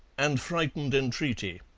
and frightened entreaty.